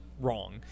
wrong